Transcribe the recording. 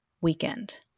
weekend